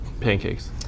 Pancakes